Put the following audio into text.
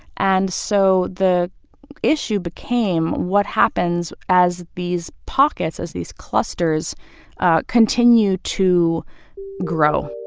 and so the issue became, what happens as these pockets, as these clusters continue to grow?